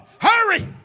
hurry